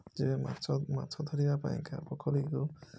ଯେ ମାଛ ମାଛ ଧରିବା ପାଇଁକା ପୋଖରୀକୁ